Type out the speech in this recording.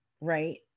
Right